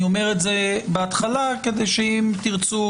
אני אומר את זה בהתחלה כדי שאם תרצו